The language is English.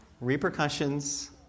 repercussions